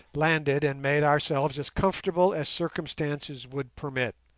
landed and made ourselves as comfortable as circumstances would permit,